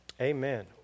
amen